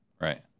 right